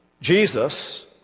Jesus